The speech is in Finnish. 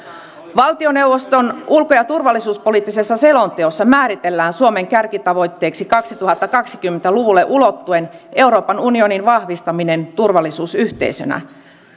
valtioneuvoston ulko ja turvallisuuspoliittisessa selonteossa määritellään suomen kärkitavoitteeksi kaksituhattakaksikymmentä luvulle ulottuen euroopan unionin vahvistaminen turvallisuusyhteisönä